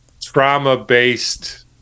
trauma-based